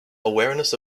awareness